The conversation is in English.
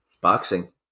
Boxing